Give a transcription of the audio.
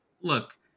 look